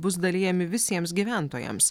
bus dalijami visiems gyventojams